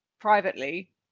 privately